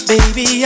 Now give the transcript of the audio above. Baby